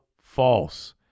false